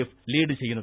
F lead ചെയ്യുന്നത്